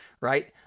right